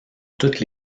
toutes